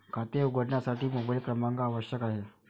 खाते उघडण्यासाठी मोबाइल क्रमांक आवश्यक आहे